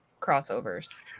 crossovers